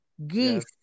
geese